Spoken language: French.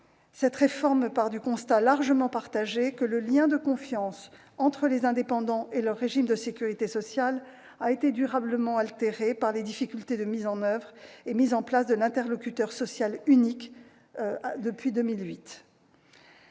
Cette réforme part du constat, largement partagé, que le lien de confiance entre les indépendants et leur régime de sécurité sociale a été durablement altéré par les difficultés de mise en place de l'interlocuteur social unique depuis 2008.